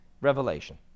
revelation